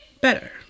better